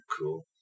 Cool